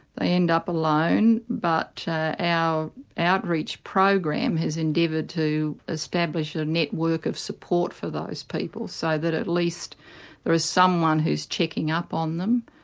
they end up alone but our outreach program has endeavoured to establish a network of support for those people, so at least there is someone who's checking up on them.